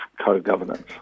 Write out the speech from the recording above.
co-governance